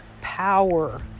power